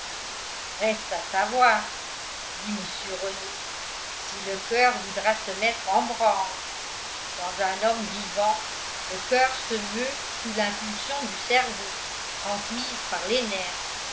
reste à savoir dit mr renault si le coeur voudra se mettre en branle dans un homme vivant le coeur se meut sous l'impulsion du cerveau transmise par les nerfs